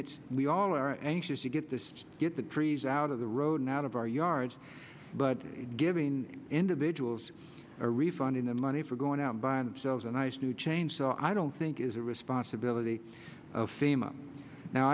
it's we all are anxious to get this get the trees out of the road and out of our yards but giving individuals a refund in the money for going out by themselves and ice to change so i don't think is a responsibility of fame now